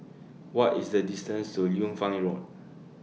What IS The distance to Liu Fang Road